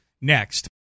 next